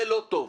זה לא טוב.